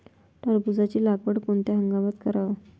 टरबूजाची लागवड कोनत्या हंगामात कराव?